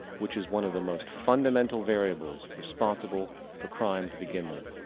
which is one of the most fundamental variables responsible for crime to begin with.